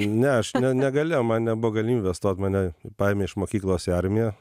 ne aš ne negalėjau man nebuvo galimybės stot mane paėmė iš mokyklos į armiją